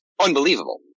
unbelievable